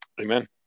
Amen